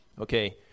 okay